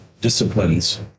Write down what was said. disciplines